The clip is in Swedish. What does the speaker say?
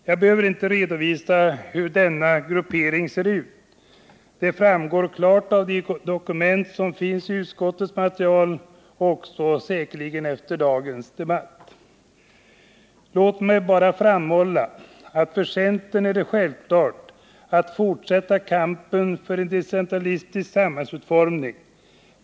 Jag behöver inte redovisa hur dessa grupperingar ser ut — det framgår klart av de dokument som finns i utskottets material och kommer säkerligen också att framgå av protokollet från dagens debatt. Låt mig bara framhålla att för centern är det självklart att fortsätta kampen för en decentralistisk samhällsutformning.